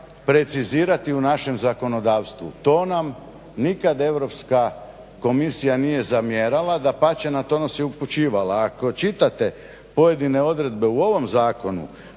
precizirati u našem zakonodavstvu. To nam nikad Europska komisija nije zamjerala. Dapače, na to nas je upućivala. Ako čitate pojedine odredbe u ovom zakonu